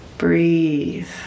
Breathe